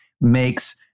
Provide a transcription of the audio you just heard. makes